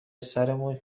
سرمون